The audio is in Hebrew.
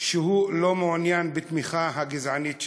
שהוא לא מעוניין בתמיכה הגזענית שלהם,